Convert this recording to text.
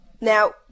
now